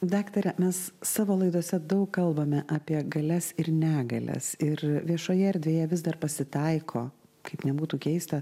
daktare mes savo laidose daug kalbame apie galias ir negalias ir viešoje erdvėje vis dar pasitaiko kaip nebūtų keista